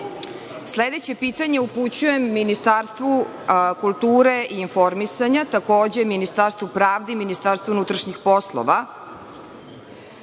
Sledeće pitanje upućujem Ministarstvu kulture i informisanja, takođe Ministarstvu pravde i Ministarstvu unutrašnjih poslova.